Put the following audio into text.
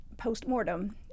post-mortem